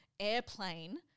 airplane